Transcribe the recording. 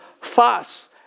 fuss